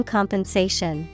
Compensation